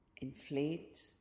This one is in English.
inflate